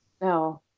No